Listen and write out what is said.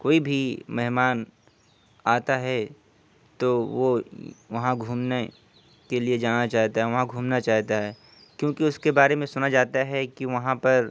کوئی بھی مہمان آتا ہے تو وہ وہاں گھومنے کے لیے جانا چاہتا ہے وہاں گھومنا چاہتا ہے کیونکہ اس کے بارے میں سنا جاتا ہے کہ وہاں پر